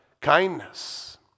kindness